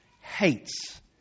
hates